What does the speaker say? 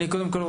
קודם כול,